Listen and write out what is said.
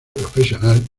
profesional